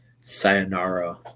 Sayonara